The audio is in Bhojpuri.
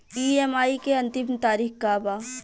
ई.एम.आई के अंतिम तारीख का बा?